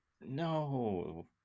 no